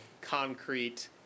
concrete